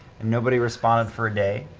and nobody responded for a day,